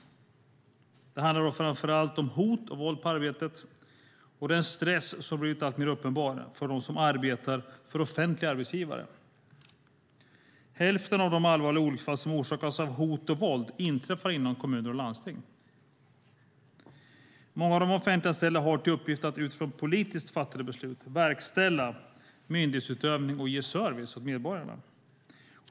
Det handlar framför allt om hot och våld på arbetet. Det är en stress som har blivit alltmer uppenbar för dem som arbetar hos offentliga arbetsgivare. Hälften av de allvarliga olycksfall som orsakas av hot och våld inträffar inom kommuner och landsting. Många av de offentligt anställda har till uppgift att utifrån politiskt fattade beslut verkställa myndighetsutövning och ge service åt medborgarna.